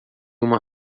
uma